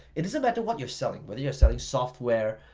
it doesn't matter what you're selling, whether you're selling software,